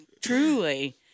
truly